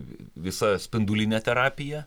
visa spindulinė terapija